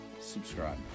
Subscribe